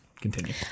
Continue